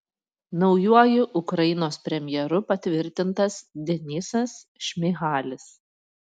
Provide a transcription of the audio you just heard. naujuoju ukrainos premjeru patvirtintas denysas šmyhalis